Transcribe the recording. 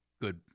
good